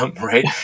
right